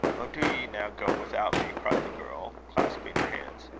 oh, do ye now go without me! cried the girl, clasping her hands.